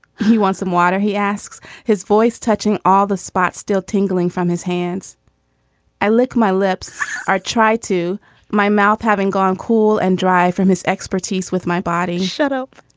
he wants some water he asks his voice touching all the spots still tingling from his hands i lick my lips are try to my mouth having gone cool and dry from his expertise with my body shut up.